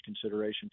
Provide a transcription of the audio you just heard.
consideration